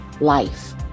life